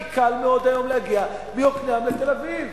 כי קל מאוד היום להגיע מיוקנעם לתל-אביב,